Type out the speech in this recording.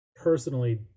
personally